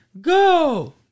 Go